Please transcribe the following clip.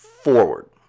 forward